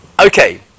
Okay